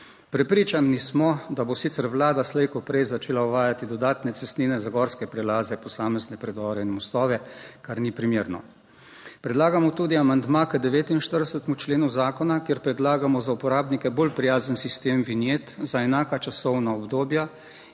Prepričani smo, da bo sicer Vlada slej ko prej začela uvajati dodatne cestnine za gorske prelaze, posamezne predore in mostove, kar ni primerno. Predlagamo tudi amandma k 49. členu zakona, kjer predlagamo za uporabnike bolj prijazen sistem vinjet za enaka časovna obdobja